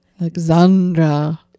Alexandra